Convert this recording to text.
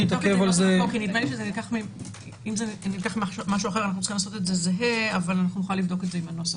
נוכל לבדוק את זה עם הנוסח.